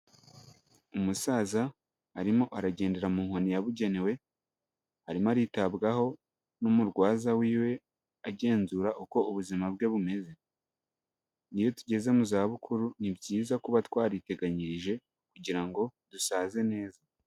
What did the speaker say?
Umusaza arimo aragendera mu nkoni yabugenewe, arimo aritabwaho n'umurwaza wiwe agenzura uko ubuzima bwe bumeze, iyo tugeze mu za bukuru ni byiza kuba twariteganyirije kugira ngo dusaze neza.